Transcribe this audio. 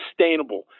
sustainable